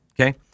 Okay